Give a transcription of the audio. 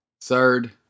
Third